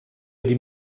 wedi